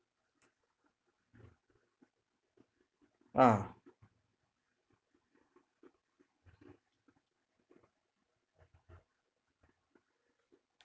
ah